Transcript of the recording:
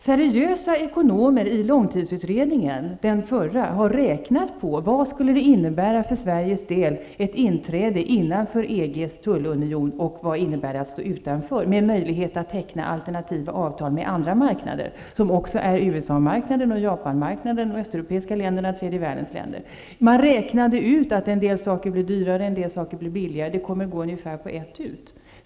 Seriösa ekonomer i långtidsutredningen -- den förra -- har räknat på vad ett inträde i EG:s tullunion skulle innebära för Sveriges del och vad det innebär att stå utanför med möjlighet att teckna alternativa avtal med andra marknader, såsom USA-marknaden, Japanmarknaden, marknaderna i de östeuropeiska länderna och marknaderna i tredje världens länder. Man räknade ut att en del saker blir dyrare och en del saker blir billigare. Det kommer att gå ungefär på ett ut.